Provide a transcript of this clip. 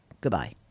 Goodbye